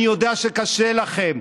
אני יודע שקשה לכם,